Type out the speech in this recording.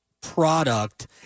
product